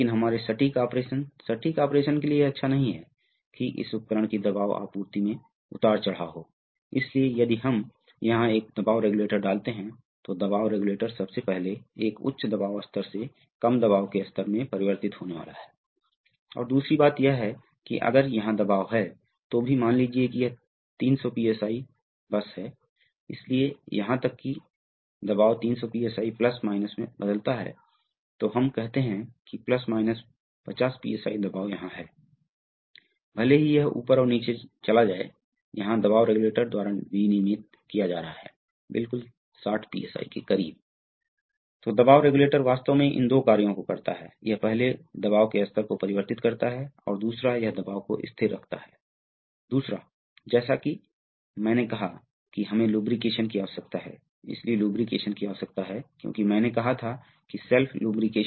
आगे आप कल्पना करते हैं कि X निश्चित है और W चल रहा है आप कल्पना करते हैं कि X इस तरह चल रहा है इसलिए यह है यदि आप छोटे गतियों के लिए कर सकते हैं तो आप कल्पना कर सकते हैं कि ये दो गतियां हैं जो गतियां बनाई जाएंगी और शुद्ध गति उसी का परिणाम होने वाली है तो अब आप समझ सकते हैं यदि डब्ल्यू फलक्रैम है और यदि एक्स लगाया जाता है तो एक राशि लागू होती है गति क्या होगी यहाँ सही है होने जा रहा है जोकि होने जा रहा है दूसरी ओर यदि आप इसे लागू करते हैं तो इसे ठीक करें और यहाँ एक गति Y लागू करें यह Y है तो यहाँ क्या गति होने जा रही है यह होने जा रही है मान लीजिए कि मोशन है अंत में आपको मिलता है तो अंतिम गति Z क्या है